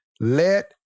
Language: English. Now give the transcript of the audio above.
Let